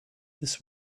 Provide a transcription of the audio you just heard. this